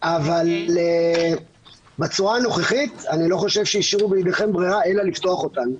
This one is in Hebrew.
אבל בצורה הנוכחית אני לא חושב שהשאירו בידיכם ברירה אלא לפתוח אותנו.